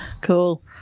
Cool